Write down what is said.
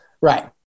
Right